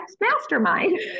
mastermind